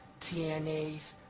TNAs